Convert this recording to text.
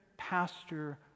pastor